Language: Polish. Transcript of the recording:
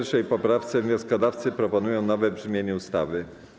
W 1. poprawce wnioskodawcy proponują nowe brzmienie ustawy.